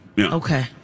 Okay